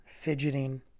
fidgeting